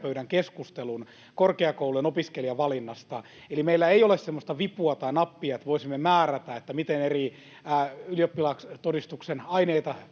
pöydän keskustelun. Eli meillä ei ole semmoista vipua tai nappia, että voisimme määrätä, miten eri ylioppilastodistuksen aineita